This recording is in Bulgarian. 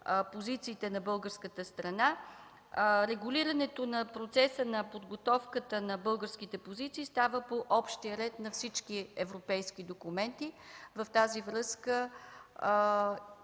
на българската страна – регулирането на процеса на подготовката на българските позиции става по общия ред на всички европейски документи. В тази връзка